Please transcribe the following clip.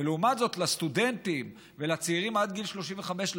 ולעומת זאת לסטודנטים ולצעירים עד גיל 35,